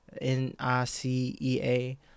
N-I-C-E-A